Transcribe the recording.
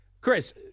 Chris